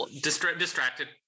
Distracted